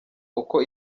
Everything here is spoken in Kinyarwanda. uko